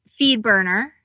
FeedBurner